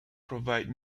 provide